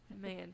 man